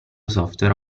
software